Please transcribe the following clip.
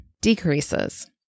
decreases